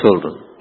children